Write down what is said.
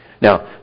Now